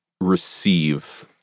receive